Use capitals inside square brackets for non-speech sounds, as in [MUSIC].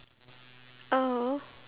filet-O-fish [NOISE]